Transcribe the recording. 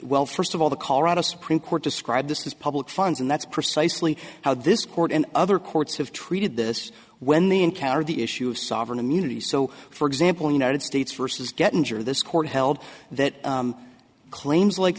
well first of all the colorado supreme court described this as public funds and that's precisely how this court and other courts have treated this when they encounter the issue of sovereign immunity so for example in united states versus get injured this court held that claims like